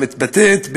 המתבטאת,